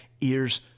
ears